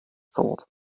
thought